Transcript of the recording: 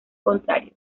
contrario